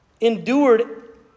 endured